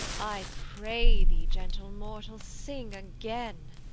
i pray thee, gentle mortal, sing again.